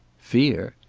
fear?